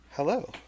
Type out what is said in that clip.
Hello